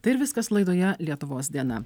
tai ir viskas laidoje lietuvos diena